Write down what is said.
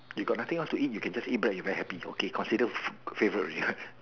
you got nothing else to eat you can just eat bread you very happy okay considered fav favourite already